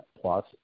plus